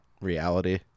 reality